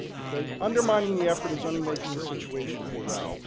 ok. undermining the effort is only making the situation worse.